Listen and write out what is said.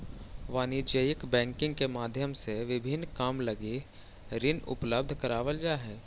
वाणिज्यिक बैंकिंग के माध्यम से विभिन्न काम लगी ऋण उपलब्ध करावल जा हइ